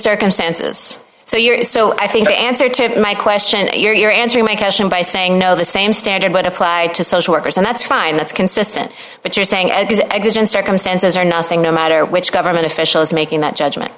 circumstances so you're so i think the answer to my question and you're you're answering my question by saying no the same standard would apply to social workers and that's fine that's consistent but you're saying as existence circumstances or nothing no matter which government officials making that judgment